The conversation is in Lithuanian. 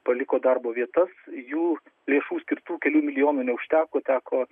paliko darbo vietas jų lėšų skirtų kelių milijonų neužteko teko